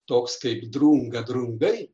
toks kaip drunga draugai